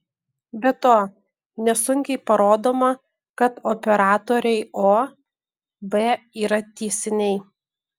be to nesunkiai parodoma kad operatoriai o b yra tiesiniai